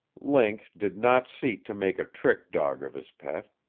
link did not seek to make a trick dog of his pet.